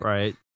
Right